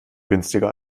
günstiger